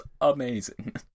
amazing